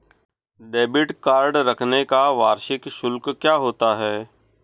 Debit card रखने का वार्षिक शुल्क क्या है?